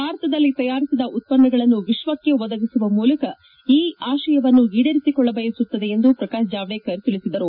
ಭಾರತದಲ್ಲಿ ತಯಾರಿಸಿದ ಉತ್ಪನ್ನಗಳನ್ನು ವಿಶ್ವಕ್ಕೆ ಒದಗಿಸುವ ಮೂಲಕ ಈ ಆಶಯವನ್ನು ಈಡೇರಿಸಿಕೊಳ್ಳಬಯಸುತ್ತದೆ ಎಂದು ಪ್ರಕಾಶ್ ಜವಾಡೇಕರ್ ತಿಳಿಸಿದರು